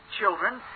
children